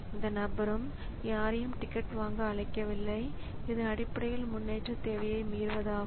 CPU device drive IO பரிமாற்றத்தை தொடங்குகிறது